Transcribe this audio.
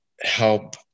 help